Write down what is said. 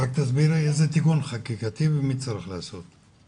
רק תסבירי איזה תיקון חקיקתי ומי צריך לעשות.